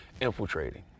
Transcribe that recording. infiltrating